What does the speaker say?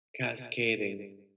cascading